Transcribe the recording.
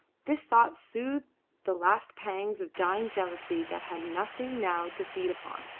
this thought soothed the last pangs of dying jealousy that had nothing now to feed upon,